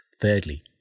Thirdly